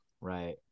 Right